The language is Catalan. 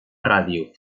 ràdio